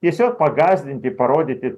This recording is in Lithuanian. tiesiog pagąsdinti parodyti